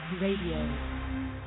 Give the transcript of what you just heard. Radio